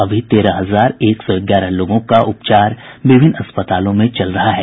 अभी तेरह हजार एक सौ ग्यारह लोगों का इलाज विभिन्न अस्पतालों में चल रहा है